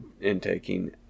intaking